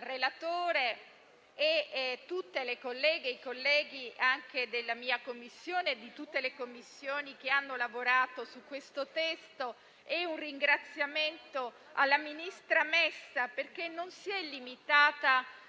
relatore e tutte le colleghe e i colleghi della mia Commissione e di tutte le Commissioni che hanno lavorato sul testo, rivolgendo altresì un ringraziamento alla ministra Messa, che non si è limitata